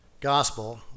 gospel